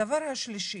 הדבר השלישי,